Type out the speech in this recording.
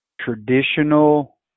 traditional